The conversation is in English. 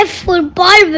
football